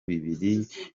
bibiri